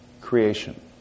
creation